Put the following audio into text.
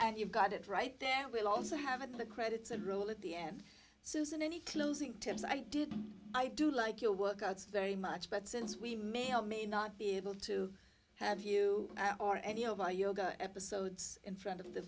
and you've got it right there will also have the credits and roll at the end so isn't any closing temps i do i do like your workouts very much but since we may or may not be able to have you or any of my yoga episodes in front of the